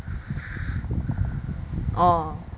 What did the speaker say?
oh